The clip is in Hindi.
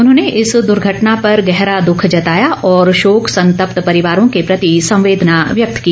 उन्होंने इस दुर्घटना पर गहरा दुख जताया और शोक संतप्त परिवारों के प्रति सांत्वना व्यक्त की